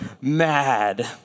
mad